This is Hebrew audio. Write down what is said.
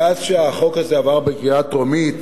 מאז שהחוק הזה עבר בקריאה טרומית